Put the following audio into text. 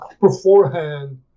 beforehand